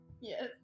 Yes